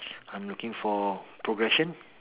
I'm looking for progression